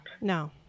No